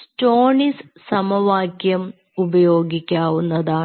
Stoinis സമവാക്യം ഉപയോഗിക്കാവുന്നതാണ്